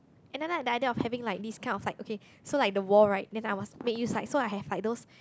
and then like the idea of having like these kind of like okay so like the wall right then I must make use like so I have like those